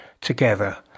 together